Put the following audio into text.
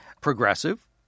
progressive